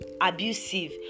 abusive